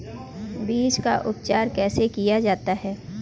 बीज का उपचार कैसे किया जा सकता है?